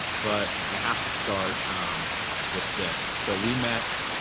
but i have to start with this. so we met,